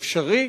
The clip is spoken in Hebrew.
זה אפשרי,